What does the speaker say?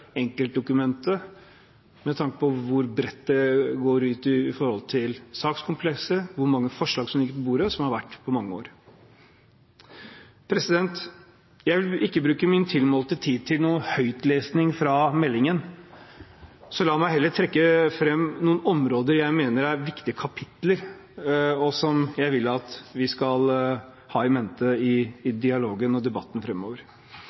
år med tanke på bredden i sakskomplekset og hvor mange forslag som ligger på bordet. Jeg vil ikke bruke min tilmålte tid på noen høytlesning fra meldingen, så la meg heller trekke fram noen områder jeg mener er viktige, og som jeg vil vi skal ha i mente i dialogen og debatten